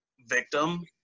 victim